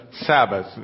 Sabbath